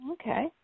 Okay